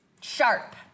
Sharp